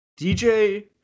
DJ